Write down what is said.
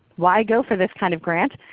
why go for this kind of grant,